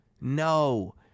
No